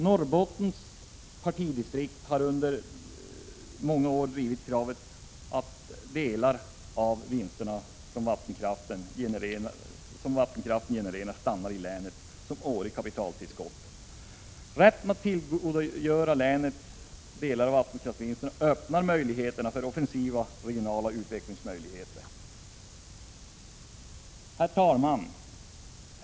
Norrbottens socialdemokratiska partidistrikt har under många år drivit kravet att delar av de vinster som vattenkraften genererar skall stanna i länet som årligt kapitaltillskott. Rätten för länet att tillgodogöra sig delar av vattenkraftsvinsterna öppnar möjligheten för ett offensivt regionalt utvecklingsarbete. Herr talman!